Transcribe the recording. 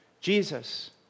Jesus